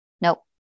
Nope